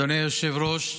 אדוני היושב-ראש,